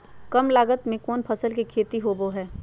काम लागत में कौन फसल के खेती होबो हाय?